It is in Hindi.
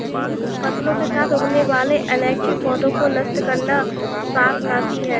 फसलों के साथ उगने वाले अनैच्छिक पौधों को नष्ट करना शाकनाशी है